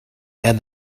and